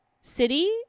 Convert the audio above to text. city